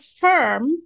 firm